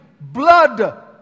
Blood